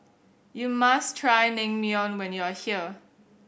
you must try Naengmyeon when you are here